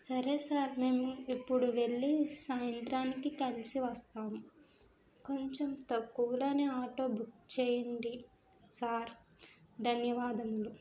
సరే సార్ మేము ఇప్పుడు వెళ్ళి సాయంత్రానికి కలిసి వస్తాము కొంచెం తక్కువలోనే ఆటో బుక్ చేయండి సార్ ధన్యవాదములు